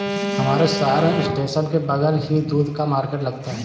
हमारे शहर में स्टेशन के बगल ही दूध का मार्केट लगता है